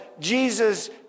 Jesus